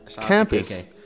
campus